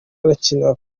arakina